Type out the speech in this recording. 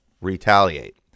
retaliate